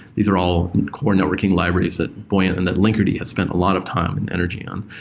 these are all core networking libraries that buoyant and that linkerd has spent a lot of time and energy on.